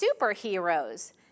superheroes